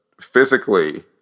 physically –